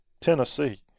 Tennessee